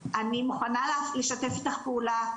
אני מוכנה לשתף איתך פעולה,